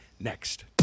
next